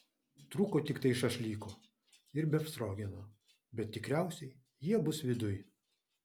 trūko tiktai šašlyko ir befstrogeno bet tikriausiai jie bus viduj